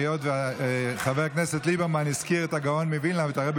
היות שחבר הכנסת ליברמן הזכיר את הגאון מווילנה ואת הרבי